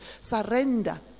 surrender